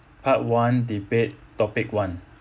part one debate topic one